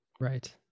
right